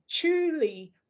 truly